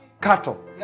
cattle